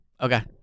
Okay